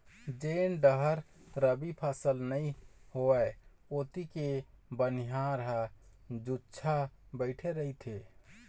जेन डाहर रबी फसल नइ लेवय ओती के बनिहार ह जुच्छा बइठे रहिथे